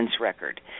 record